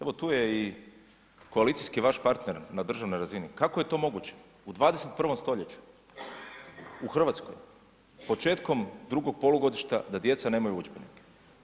Evo tu je i koalicijski vaš partner na državnoj razini, kako je to moguće u 21. stoljeću Hrvatskoj početkom drugog polugodišta da djeca nemaju udžbenike?